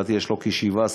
לדעתי יש לו 17 תחנות.